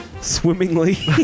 swimmingly